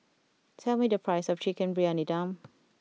tell me the price of Chicken Briyani Dum